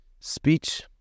Speech